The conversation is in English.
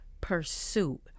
pursuit